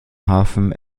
hafen